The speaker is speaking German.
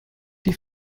die